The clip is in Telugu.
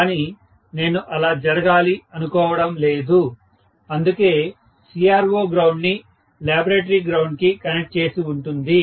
కానీ నేను అలా జరగాలి అనుకోవడం లేదు అందుకే CRO గ్రౌండ్ ని లాబరేటరీ గ్రౌండ్ కి కనెక్ట్ చేసి ఉంటుంది